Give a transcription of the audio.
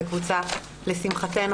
לשמחתנו,